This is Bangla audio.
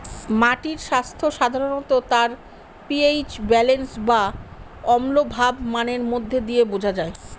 মাটির স্বাস্থ্য সাধারনত তার পি.এইচ ব্যালেন্স বা অম্লভাব মানের মধ্যে দিয়ে বোঝা যায়